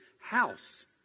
House